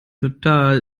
total